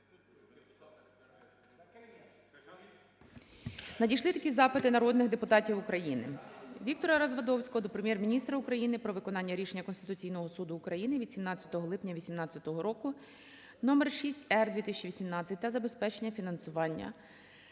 Надійшли такі запити народних депутатів України. Віктора Развадовського до Прем'єр-міністра України про виконання рішення Конституційного Суду України від 17 липня 18-го року № 6-р/2018 та забезпечення фінансування